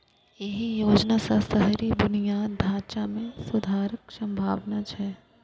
एहि योजना सं शहरी बुनियादी ढांचा मे सुधारक संभावना छै